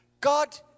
God